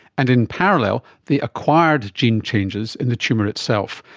and in parallel the acquired gene changes in the tumour itself.